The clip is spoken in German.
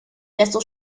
desto